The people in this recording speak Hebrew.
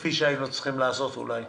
כפי שהיינו צריכים לעשות אולי.